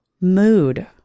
mood